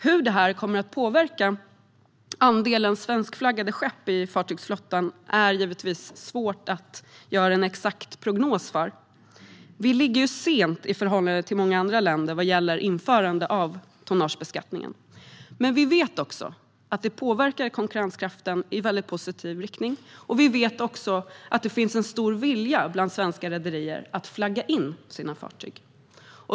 Hur detta kommer att påverka andelen svenskflaggade skepp i fartygsflottan är givetvis svårt att göra en exakt prognos för. Vi ligger sent i förhållande till många andra länder vad gäller införande av tonnagebeskattning, men vi vet att det påverkar konkurrenskraften i en väldigt positiv riktning. Vi vet också att det finns en stor vilja bland svenska rederier att flagga in sina fartyg.